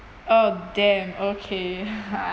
oh damn okay